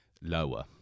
lower